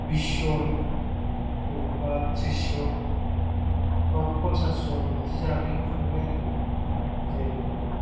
बिसजन बबेबा त्रिसजन बा पन्सासजन बिदि जानायखौ संबाय आरो खि जेनेबा